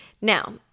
now